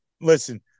listen